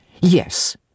Yes